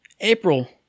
April